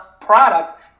product